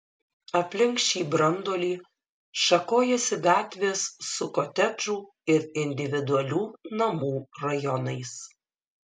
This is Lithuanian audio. aplink šį branduolį šakojosi gatvės su kotedžų ir individualių namų rajonais